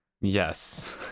Yes